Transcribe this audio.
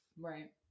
right